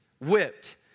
whipped